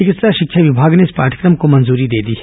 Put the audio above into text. विकित्सा शिक्षा विभाग ने इस पाठ्यक्रम को मंजूरी दे दी है